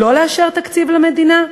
לא לאשר תקציב למדינה?